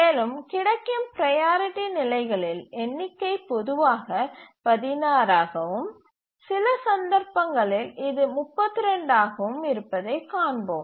மேலும் கிடைக்கும் ப்ரையாரிட்டி நிலைகளின் எண்ணிக்கை பொதுவாக 16 ஆகவும் சில சந்தர்ப்பங்களில் இது 32 ஆகவும் இருப்பதைக் காண்போம்